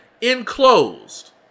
Enclosed